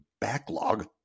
backlog